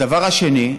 הדבר השני,